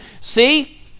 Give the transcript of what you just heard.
See